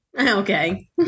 Okay